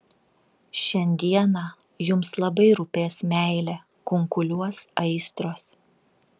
šiandieną jums labai rūpės meilė kunkuliuos aistros